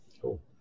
Cool